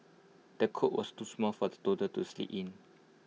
the cot was too small for the toddler to sleep in